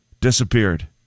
disappeared